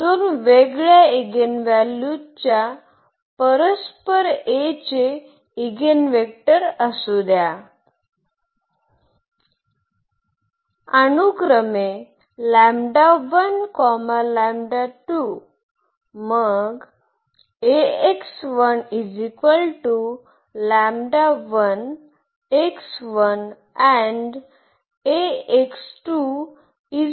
दोन वेगळ्या इगेनव्हॅल्यूज च्या परस्पर A चे इगिनवेक्टर असू द्या अनुक्रमे मग